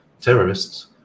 terrorists